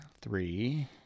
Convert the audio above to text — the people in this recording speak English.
three